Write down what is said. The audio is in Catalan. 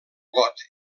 got